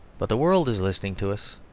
but the world is listening to us,